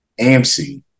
AMC